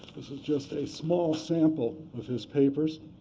just a small sample of his papers.